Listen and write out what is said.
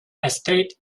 estate